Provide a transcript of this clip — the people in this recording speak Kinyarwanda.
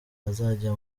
azajya